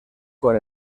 con